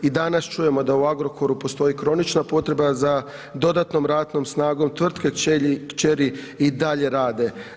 I danas čujemo da u Agrokoru postoji kronična potreba za dodatnom ratnom snagom, tvrtke kćeri i dalje rade.